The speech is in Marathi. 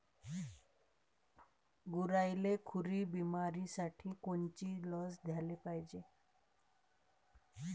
गुरांइले खुरी बिमारीसाठी कोनची लस द्याले पायजे?